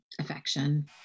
affection